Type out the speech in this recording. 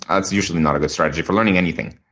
that's usually not a good strategy for learning anything.